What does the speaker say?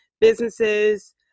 businesses